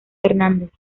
hernández